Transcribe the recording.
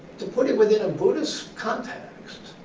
to put it within a buddhist context,